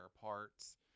parts